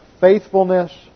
faithfulness